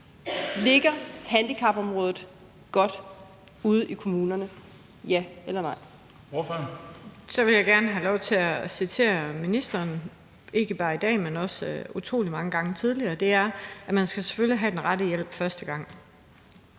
– at handicapområdet ligger godt ude i kommunerne? Ja eller nej?